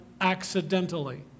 accidentally